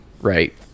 right